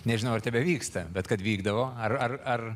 nežinau ar tebevyksta bet kad vykdavo ar ar